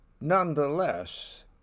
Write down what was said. Nonetheless